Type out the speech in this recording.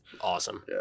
awesome